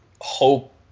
hope